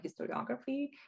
historiography